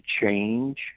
change